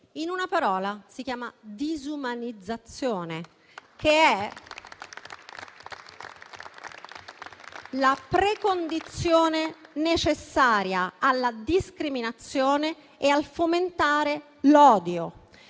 In una parola, si chiama disumanizzazione, che è la precondizione necessaria alla discriminazione e al fomentare l'odio.